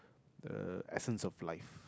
uh essence of life